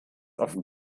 auf